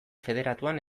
federatuan